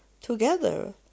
together